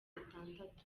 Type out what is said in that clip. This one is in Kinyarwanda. atandatu